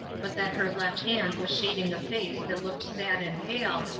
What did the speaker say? but that her left hand was shading a face that looked sad and pale,